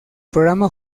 programa